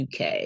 uk